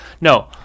No